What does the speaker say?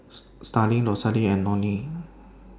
Starling Rosalie and Lonnie